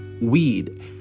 weed